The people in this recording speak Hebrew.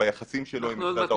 ביחסים שלו עם משרד האוצר.